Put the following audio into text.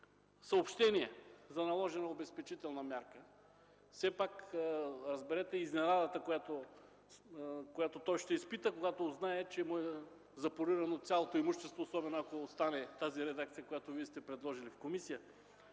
съобщение за наложена обезпечителна мярка. Разберете изненадата, която той ще изпита, когато разбере, че е запорирано цялото му имущество, особено, ако остане тази редакция, която Вие сте предложили в комисията.